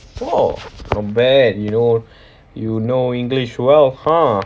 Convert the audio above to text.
oh not bad you know you know english well !huh!